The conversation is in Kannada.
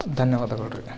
ಧನ್ಯವಾದಗಳು ರೀ